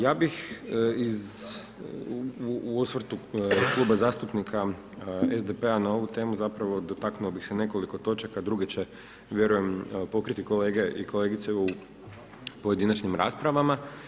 Ja bih, u osvrtu Kluba zastupnika SDP-a na ovu temu, zapravo, dotaknuo bih se nekoliko točaka, druge će vjerujem pokriti kolege i kolegice u pojedinačnim raspravama.